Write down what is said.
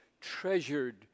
treasured